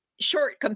short